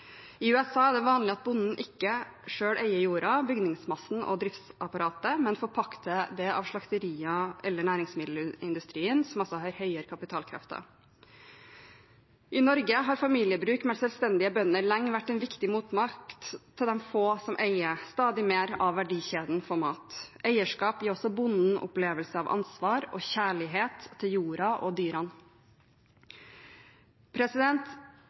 I USA er det vanlig at bonden ikke selv eier jorda, bygningsmassen og driftsapparatet, men forpakter dette av slakterier eller av næringsmiddelindustrien, som har større kapitalkrefter. I Norge har familiebruk med selvstendige bønder lenge vært en viktig motmakt til de få som eier stadig mer av verdikjeden for mat. Eierskap gir også bonden opplevelse av ansvar og kjærlighet til jorda og